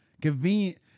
Convenient